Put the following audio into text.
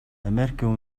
америкийн